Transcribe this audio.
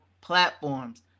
platforms